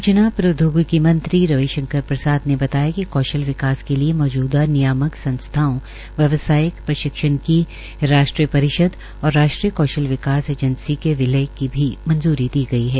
सूचना प्रौद्योगिकी मंत्री रविशंकर प्रसाद ने बताया कि कौशल विकास के लिए मौजूदा नियाकम संस्थाओं व्यवसायिक प्रशिक्षण की राष्ट्रीय परिषद और राष्ट्रीय कौशल विकास एंजेसी के विलय की भी मंज्री दी गई है